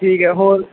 ਠੀਕ ਹੈ ਹੋਰ